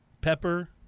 pepper